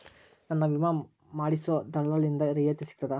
ನನ್ನ ವಿಮಾ ಮಾಡಿಸೊ ದಲ್ಲಾಳಿಂದ ರಿಯಾಯಿತಿ ಸಿಗ್ತದಾ?